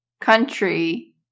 country